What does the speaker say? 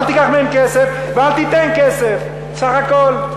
אל תיקח מהם כסף, ואל תיתן כסף, סך הכול.